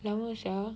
lama sia